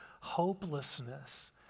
hopelessness